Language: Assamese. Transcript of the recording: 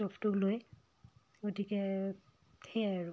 ষ্ট'ভটো লৈ গতিকে সেয়াই আৰু